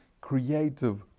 creative